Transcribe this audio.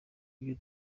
ibyo